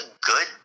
good